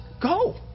go